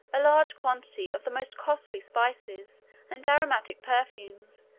a large quantity of the most costly spices and aromatic perfumes,